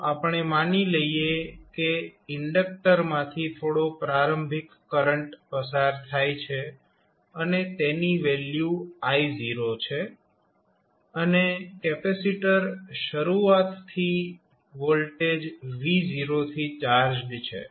તો આપણે માની લઈએ કે ઇન્ડક્ટર માંથી થોડો પ્રારંભિક કરંટ પસાર થાય છે અને તેની વેલ્યુ I0 છે અને કેપેસિટર શરૂઆતથી વોલ્ટેજ V0 થી ચાર્જડ છે